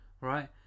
Right